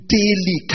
daily